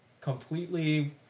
completely